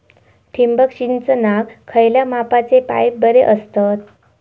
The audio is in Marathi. ठिबक सिंचनाक खयल्या मापाचे पाईप बरे असतत?